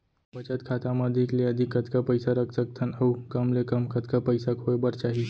बचत खाता मा अधिक ले अधिक कतका पइसा रख सकथन अऊ कम ले कम कतका पइसा होय बर चाही?